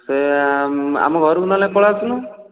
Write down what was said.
ସେ ଆମ ଘରକୁ ନ ହେଲେ ପଳାଇଆସୁନୁ